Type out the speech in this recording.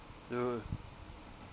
you were